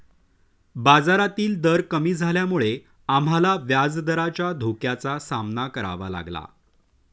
बाजारातील दर कमी झाल्यामुळे आम्हाला व्याजदराच्या धोक्याचा सामना करावा लागला